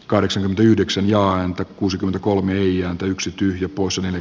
kahdeksankymmentäyhdeksän ja ante kuusikymmentäkolme ei ääntä yksi tyhjä poissa i